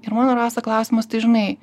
ir mano rasa klausimas tai žinai